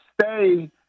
stay